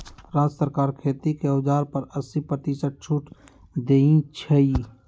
राज्य सरकार खेती के औजार पर अस्सी परतिशत छुट देई छई